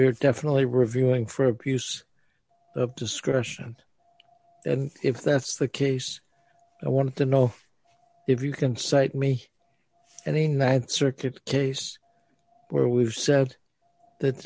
there definitely reviewing for abuse of discretion and if that's the case i want to know if you can cite me and in that circuit case where we've said that